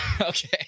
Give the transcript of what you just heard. Okay